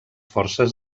forces